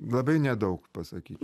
labai nedaug pasakyt